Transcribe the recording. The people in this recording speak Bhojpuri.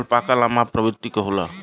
अल्पाका लामा प्रवृत्ति क होला